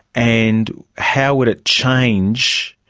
and how would it change